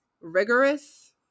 rigorous